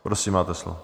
Prosím, máte slovo.